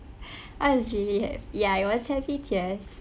I was really happy ya it was happy tears